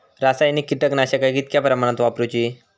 रासायनिक कीटकनाशका कितक्या प्रमाणात वापरूची?